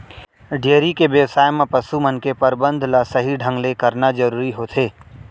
dairy के बेवसाय म पसु मन के परबंध ल सही ढंग ले करना जरूरी होथे